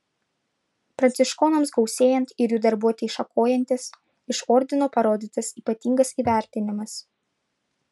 pranciškonams gausėjant ir jų darbuotei šakojantis iš ordino parodytas ypatingas įvertinimas